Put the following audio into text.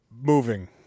moving